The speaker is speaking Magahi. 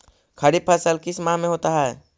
खरिफ फसल किस माह में होता है?